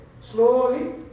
Slowly